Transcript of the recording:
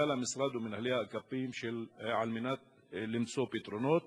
מנכ"ל המשרד ומנהלי האגפים, על מנת למצוא פתרונות.